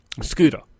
Scooter